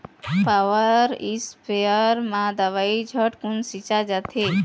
power sprayer म दवई झटकुन छिंचा जाथे